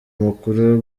mukuru